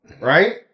right